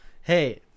Hey